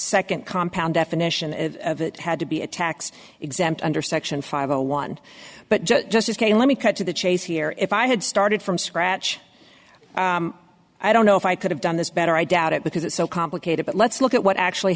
second compound definition of it had to be a tax exempt under section five zero one but justice k let me cut to the chase here if i had started from scratch i don't know if i could have done this better i doubt it because it's so complicated but let's look at what actually